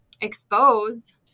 expose